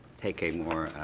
take a more